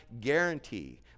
guarantee